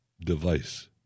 device